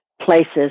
places